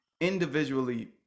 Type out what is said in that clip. individually